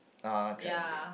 uh travelling